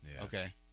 okay